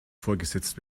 vorgesetzt